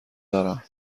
دارم